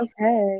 Okay